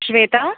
श्वेता